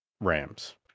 Rams